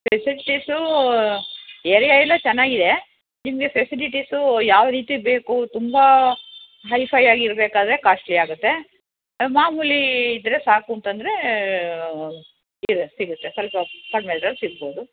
facilities area ಎಲ್ಲ ಚೆನ್ನಾಗಿದೆ ನಿಮಗೆ ಫೆಸಿಲೀಟಿಸು ಯಾವ ರೀತಿ ಬೇಕು ತುಂಬ ಹೈಫೈ ಆಗಿರಬೇಕಾದ್ರೆ ಕಾಶ್ಟ್ಲಿ ಆಗುತ್ತೆ ಮಾಮೂಲಿ ಇದ್ದರೆ ಸಾಕು ಅಂತಂದರೆ ಇದೆ ಸಿಗುತ್ತೆ ಸ್ವಲ್ಪ ಕಡ್ಮೆದ್ರಲ್ಲಿ ಸಿಗ್ಬೋದು